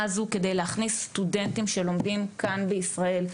הזו כדי להכניס סטודנטים שלומדים כאן בישראל.